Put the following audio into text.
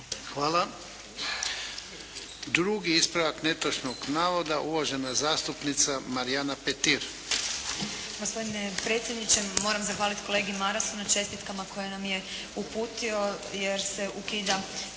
Hvala. Drugi ispravak netočnog navoda, uvažena zastupnica Marijana Petir.